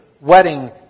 wedding